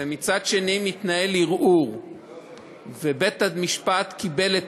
ומצד אחר מתנהל ערעור ובית-המשפט קיבל את